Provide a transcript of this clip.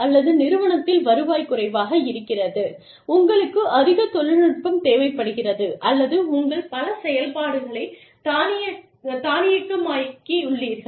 அல்லது நிறுவனத்தில் வருவாய் குறைவாக இருக்கிறது உங்களுக்கு அதிக தொழில்நுட்பம் தேவைப்படுகிறது அல்லது உங்கள் பல செயல்பாடுகளை தானியக்கமாக்கியுள்ளீர்கள்